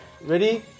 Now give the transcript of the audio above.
Ready